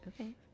Okay